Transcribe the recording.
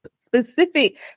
specific